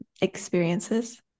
experiences